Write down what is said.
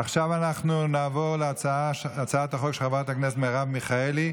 עכשיו נעבור להצעת החוק של חברת הכנסת מרב מיכאלי,